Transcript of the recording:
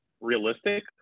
realistic